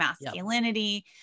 masculinity